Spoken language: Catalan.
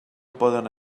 poden